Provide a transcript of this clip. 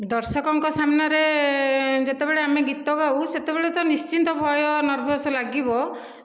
ଦର୍ଶକଙ୍କ ସାମ୍ନାରେ ଯେତେବେଳେ ଆମେ ଗୀତ ଗାଉ ସେତେବେଳେ ତ ନିଶ୍ଚିନ୍ତ ଭୟ ନର୍ଭସ୍ ଲାଗିବ